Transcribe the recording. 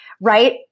right